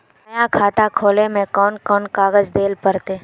नया खाता खोले में कौन कौन कागज देल पड़ते?